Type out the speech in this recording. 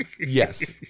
yes